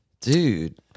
Dude